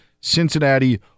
Cincinnati